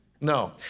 No